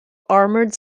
armored